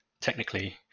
technically